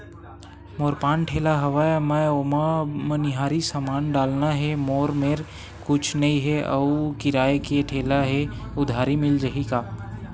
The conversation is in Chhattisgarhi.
मोर पान ठेला हवय मैं ओमा मनिहारी समान डालना हे मोर मेर कुछ नई हे आऊ किराए के ठेला हे उधारी मिल जहीं का?